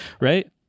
right